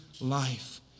life